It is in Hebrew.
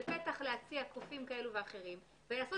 זה פתח להציע קופים כאלה ואחרים ויעשו